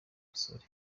basore